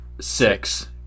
Six